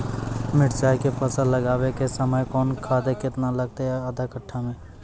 मिरचाय के फसल लगाबै के समय कौन खाद केतना लागतै आधा कट्ठा मे?